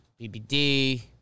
BBD